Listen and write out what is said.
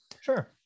Sure